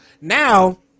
now